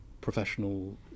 professional